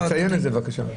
בבקשה.